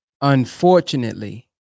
unfortunately